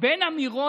בין אמירות,